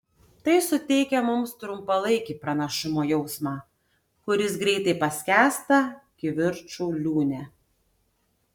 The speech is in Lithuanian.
tai suteikia mums trumpalaikį pranašumo jausmą kuris greitai paskęsta kivirčų liūne